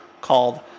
called